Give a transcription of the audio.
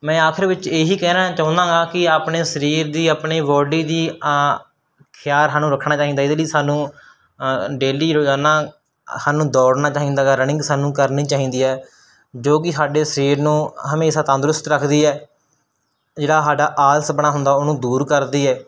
ਮੈਂ ਆਖਿਰ ਵਿੱਚ ਇਹੀ ਕਹਿਣਾ ਚਾਹੁੰਦਾ ਹੈਗਾ ਕਿ ਆਪਣੇ ਸਰੀਰ ਦੀ ਆਪਣੀ ਬਾਡੀ ਦਾ ਅ ਖਿਆਲ ਸਾਨੂੰ ਰੱਖਣਾ ਚਾਹੀਦਾ ਹੈਗਾ ਇਹਦੇ ਲਈ ਸਾਨੂੰ ਡੇਲੀ ਰੋਜ਼ਾਨਾ ਸਾਨੂੰ ਦੌੜਨਾ ਚਾਹੀਦਾ ਹੈਗਾ ਰਨਿੰਗ ਸਾਨੂੰ ਕਰਨੀ ਚਾਹੀਦੀ ਹੈ ਜੋ ਕਿ ਸਾਡੇ ਸਰੀਰ ਨੂੰ ਹਮੇਸ਼ਾ ਤੰਦਰੁਸਤ ਰੱਖਦੀ ਹੈ ਜਿਹੜਾ ਸਾਡਾ ਆਲਸਪੁਣਾ ਹੁੰਦਾ ਉਹਨੂੰ ਦੂਰ ਕਰਦੀ ਹੈ